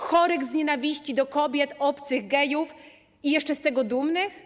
Chorych z nienawiści do kobiet, obcych i gejów i jeszcze z tego dumnych?